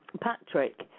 Patrick